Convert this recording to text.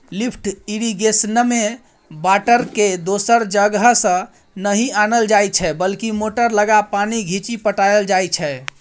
lift इरिगेशनमे बाटरकेँ दोसर जगहसँ नहि आनल जाइ छै बल्कि मोटर लगा पानि घीचि पटाएल जाइ छै